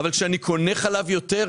אבל כשאני קונה חלב יותר ---,